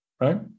right